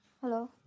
Hello